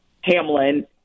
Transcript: Hamlin